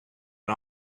and